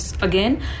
again